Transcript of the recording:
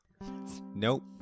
Nope